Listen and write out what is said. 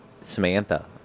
Samantha